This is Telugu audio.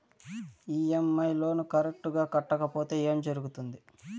ఇ.ఎమ్.ఐ లోను కరెక్టు గా కట్టకపోతే ఏం జరుగుతుంది